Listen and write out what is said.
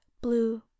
blue